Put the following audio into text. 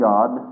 God